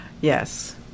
yes